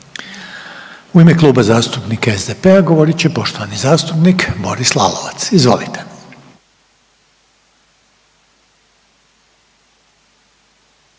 U ime Kluba zastupnika SDP-a govorit će poštovani zastupnik Boris Lalovac. Izvolite.